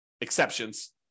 exceptions